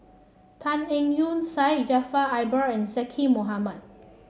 Tan Eng Yoon Syed Jaafar Albar and Zaqy Mohamad